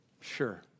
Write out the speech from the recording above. Sure